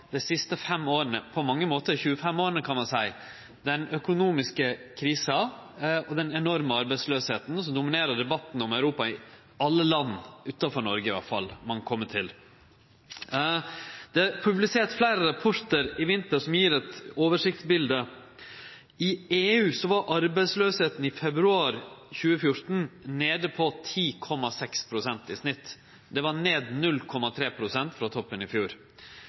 dei siste fem åra – på mange måtar 25 åra, kan ein seie – den økonomiske krisa og den enorme arbeidsløysa som dominerer debatten om Europa i alle land, utanfor Noreg iallfall, ein kjem til. Det er publisert fleire rapportar i vinter som gjev eit oversiktsbilete: I EU var arbeidsløysa i februar 2014 nede på 10,6 pst. i snitt. Det var ned 0,3 pst. frå toppen i fjor.